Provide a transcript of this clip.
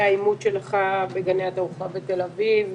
העימות שלך בגני התערוכה בתל אביב,